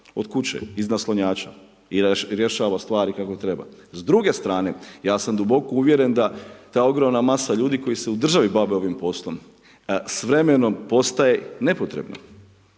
od kuće iz naslonjača i rješava stvari kako treba. S druge strane, ja sam duboko uvjeren, da ta ogromna masa ljudi, koja se u državi bave ovim poslom s vremenom postaje nepotrebna,